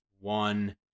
one